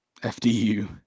FDU